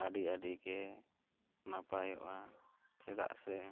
ᱟᱹᱰᱤᱼᱟᱹᱰᱤ ᱜᱮ ᱱᱟᱯᱟᱭᱚᱜᱼᱟ ᱪᱮᱫᱟᱜ ᱥᱮ